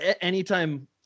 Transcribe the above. anytime